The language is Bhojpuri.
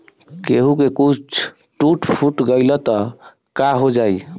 केहू के कुछ टूट फुट गईल त काहो जाई